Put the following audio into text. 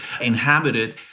inhabited